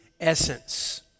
essence